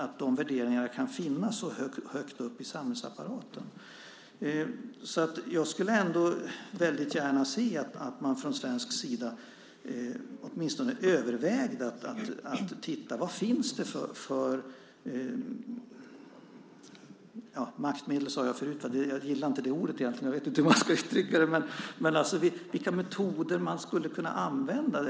Att de värderingarna kan finnas så högt upp i samhällsapparaten! Jag skulle ändå väldigt gärna se att man från svensk sida åtminstone övervägde att titta på vad det finns för - maktmedel sade jag förut, jag gillar inte det ordet egentligen men vet inte hur man ska uttrycka det - metoder som man skulle kunna använda.